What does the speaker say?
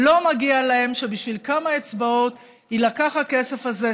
לא מגיע להם שבשביל כמה אצבעות יילקח הכסף הזה,